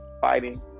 fighting